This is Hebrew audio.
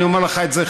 אני אומר לך את זה,